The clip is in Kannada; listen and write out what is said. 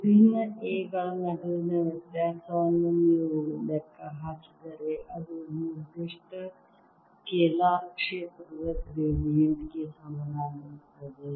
ವಿಭಿನ್ನ A ಗಳ ನಡುವಿನ ವ್ಯತ್ಯಾಸವನ್ನು ನೀವು ಮತ್ತೆ ಲೆಕ್ಕ ಹಾಕಿದರೆ ಅದು ನಿರ್ದಿಷ್ಟ ಸ್ಕೇಲಾರ್ ಕ್ಷೇತ್ರದ ಗ್ರೇಡಿಯಂಟ್ ಗೆ ಸಮನಾಗಿರುತ್ತದೆ